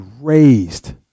raised